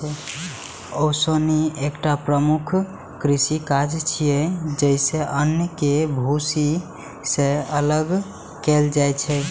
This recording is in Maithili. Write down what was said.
ओसौनी एकटा प्रमुख कृषि काज छियै, जइसे अन्न कें भूसी सं अलग कैल जाइ छै